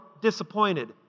disappointed